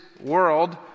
world